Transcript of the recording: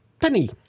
Penny